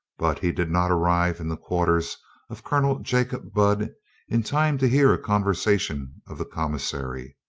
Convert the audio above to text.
but he did not arrive in the quarters of colonel jacob budd in time to hear a conversation of the commissary.